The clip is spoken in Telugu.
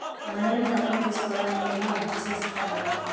బండ్ల మీద అప్పును తీసుకోడానికి ఎలా అర్జీ సేసుకోవాలి?